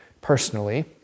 personally